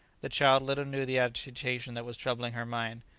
the child little knew the agitation that was troubling her mind.